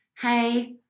hey